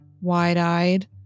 wide-eyed